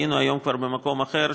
והיינו היום כבר במקום אחר,